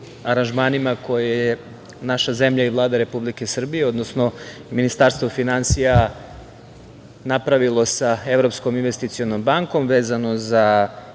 aranžmanima koje je naša zemlja i Vlada Republike Srbije, odnosno Ministarstvo finansija napravilo sa Evropskom investicionom bankom, vezano za